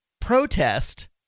protest